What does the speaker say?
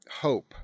hope